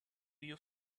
you